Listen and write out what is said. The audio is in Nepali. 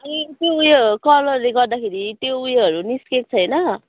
अनि त्यो उयो कलरले गर्दाखेरि त्यो उयोहरू निस्केको छैन